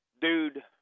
dude